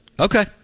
Okay